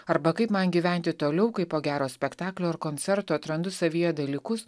arba kaip man gyventi toliau kai po gero spektaklio ar koncertų atrandu savyje dalykus